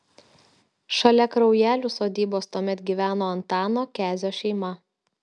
šalia kraujelių sodybos tuomet gyveno antano kezio šeima